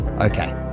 Okay